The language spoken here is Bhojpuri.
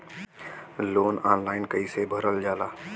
लोन ऑनलाइन कइसे भरल जाला?